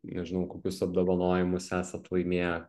nežinau kokius apdovanojimus esat laimėję